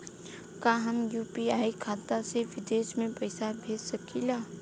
का हम यू.पी.आई खाता से विदेश में पइसा भेज सकिला?